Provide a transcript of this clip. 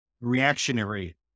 reactionary